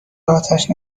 آتش